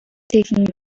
taking